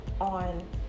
on